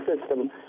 system